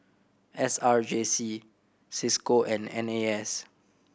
S R J C Cisco and N A S